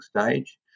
stage